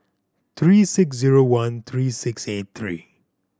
three six zero one three six eight three